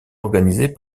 organisés